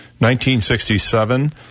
1967